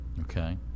Okay